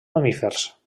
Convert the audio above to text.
mamífers